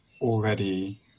already